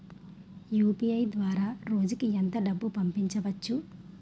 UPI ద్వారా రోజుకి ఎంత డబ్బు పంపవచ్చు?